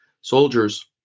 soldiers